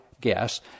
guess